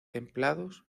templados